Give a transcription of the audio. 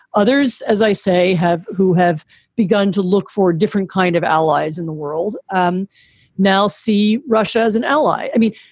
others, as i say, have who have begun to look for a different kind of allies in the world. um now see russia as an ally. i mean,